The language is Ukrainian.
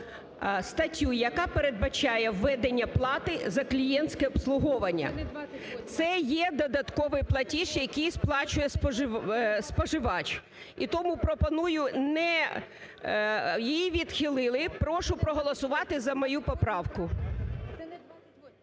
статтю, яка передбачає введення плати за клієнтське обслуговування. Це є додатковий платіж, який сплачує споживач. І тому пропоную не… Її відхилили, прошу проголосувати за мою поправку.